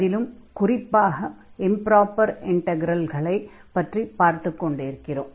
அதிலும் குறிப்பாக இம்ப்ராப்பர் இன்டக்ரல்களை பற்றி பார்த்துக் கொண்டிருக்கிறோம்